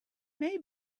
may